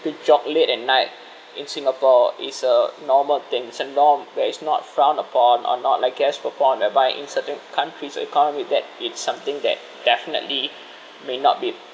to jog late at night in singapore is a normal things it's a norm where it's not frowned upon or not like glares upon whereby in certain countries economy that it's something that definitely may not be